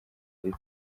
iri